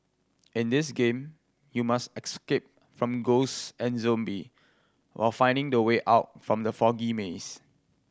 in this game you must escape from ghost and zombie while finding the way out from the foggy maze